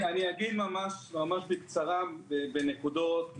אני אענה ממש בקצרה, בנקודות.